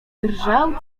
drżał